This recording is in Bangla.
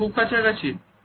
এটাকি খুব কাছাকাছি